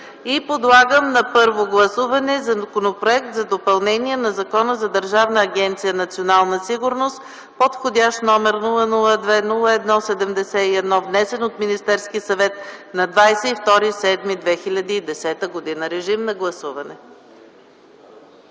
и подлагам на първо гласуване Законопроект за допълнение на Закона за Държавна агенция „Национална сигурност” с вх. № 002-01-71, внесен от Министерския съвет на 22.07.2010 г. Гласували